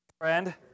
friend